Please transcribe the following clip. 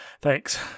Thanks